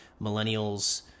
millennials